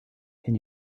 can